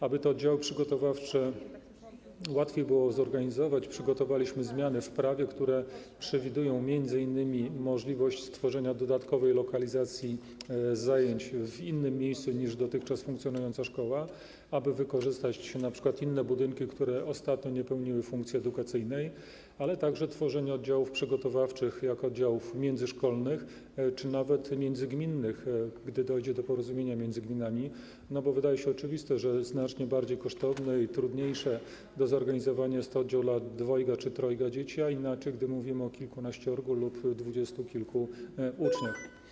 Aby te oddziały przygotowawcze łatwiej było zorganizować, przygotowaliśmy zmiany w prawie, które przewidują m.in. możliwość dodatkowej lokalizacji zajęć w innym miejscu niż dotychczas funkcjonująca szkoła, tak aby wykorzystać np. inne budynki, które ostatnio nie pełniły funkcji edukacyjnej, ale także tworzenie oddziałów przygotowawczych, takich jak oddziały międzyszkolne czy nawet międzygminne, gdy dojdzie do porozumienia między gminami, bo wydaje się oczywiste, że znacznie bardziej kosztowny i trudniejszy do zorganizowania jest oddział dla dwojga czy trojga dzieci - inaczej jest, gdy mówimy o kilkanaściorgu lub dwudziestu kilku uczniach.